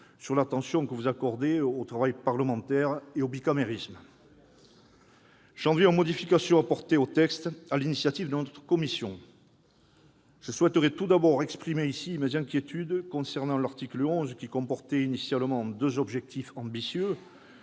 sur l'attention que vous accordez au travail parlementaire et au bicamérisme. Très bien ! J'en viens aux modifications apportées au texte sur l'initiative de notre commission. Je souhaiterais, tout d'abord, exprimer ici mes inquiétudes concernant l'article 11, qui fixait initialement deux objectifs ambitieux